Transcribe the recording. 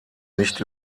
nicht